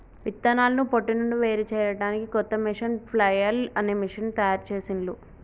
విత్తనాలను పొట్టు నుండి వేరుచేయడానికి కొత్త మెషీను ఫ్లఐల్ అనే మెషీను తయారుచేసిండ్లు